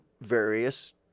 various